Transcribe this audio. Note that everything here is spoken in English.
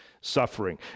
suffering